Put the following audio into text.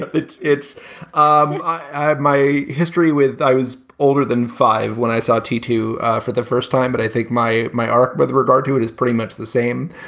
but it's it's um i have my history with i was older than five when i saw t two for the first time but i think my my arc but with regard to it is pretty much the same.